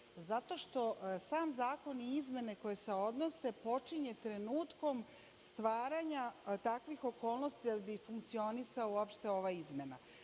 Zato što sam zakon i izmene koje se odnose počinje trenutkom stvaranja takvih okolnosti da bi funkcionisala uopšte ova izmena.